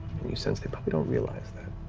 you sense they probably don't realize that.